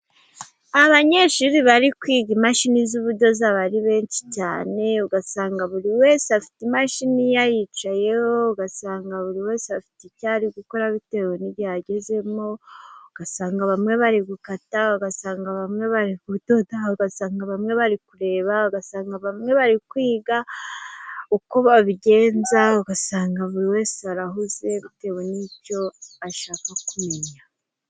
Abanyeshuri bari kwiga imashini z'ubudozi aba ari benshi cyane ugasanga buri wese afite imashini ye ariyicaye. Ugasanga buri wese afite icyari gukora bitewe n'igihe agezemo, ugasanga bamwe bari gukata, ugasanga bamwe bari kudoda, ugasanga bamwe bari kureba, ugasanga bamwe bari kwiga uko babigenza, ugasanga buri wese arahuze bitewe n'icyo ashaka kumenya.